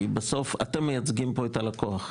כי בסוף אתם מייצגים פה את הלקוח,